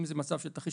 אם זה מצב של מלחמה,